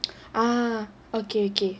ah okay okay